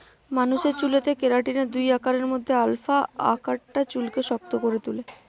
মানুষের চুলেতে কেরাটিনের দুই আকারের মধ্যে আলফা আকারটা চুলকে শক্ত করে তুলে